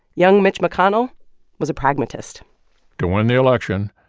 young mitch mcconnell was a pragmatist to win the election,